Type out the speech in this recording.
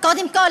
קודם כול